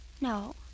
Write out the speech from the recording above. No